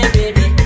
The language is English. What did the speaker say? baby